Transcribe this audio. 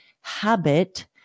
habit